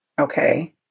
okay